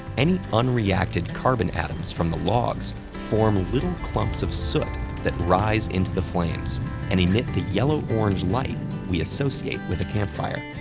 any unreacted carbon atoms from the logs form little clumps of soot that rise into the flames and emit the yellow-orange light we associate with a campfire.